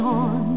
on